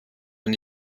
und